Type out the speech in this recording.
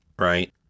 right